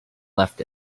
left